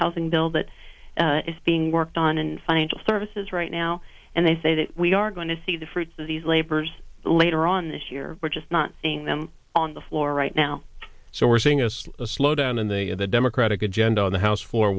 housing bill that is being worked on and financial services right now and they say that we are going to see the fruits of these labors later on this year we're just not seeing them on the floor right now so we're seeing us a slowdown in the the democratic agenda on the house f